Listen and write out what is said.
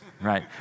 right